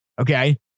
Okay